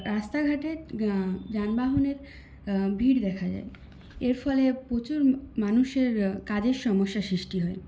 রাস্তাঘাটের যানবাহনের ভিড় দেখা যায় এর ফলে প্রচুর মানুষের কাজের সমস্যার সৃষ্টি হয়